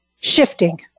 shifting